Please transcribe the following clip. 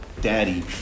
daddy